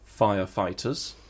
Firefighters